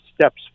steps